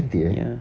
ya